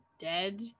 dead